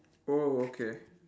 oh okay